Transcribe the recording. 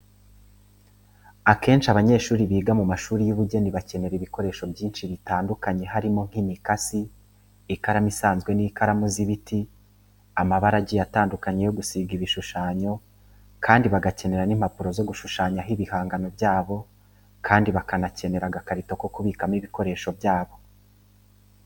Akenshi abanyeshuri biga mu mashuri y'ubugeni bakenera ibikoresho byinshi bitandukanye harimo nk'imikasi, ikaramu isanzwe n'ikaramu z'ibiti, amabara agiye atandukanye yo gusiga ibishushanyo kandi bagakenera n'impapuro zo gushushanyaho ibihangano byabo kandi bakanakenera agakarito ko kubikamo ibikoresho byabo.